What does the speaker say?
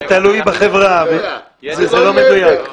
זה תלוי בחברה, זה לא מדויק.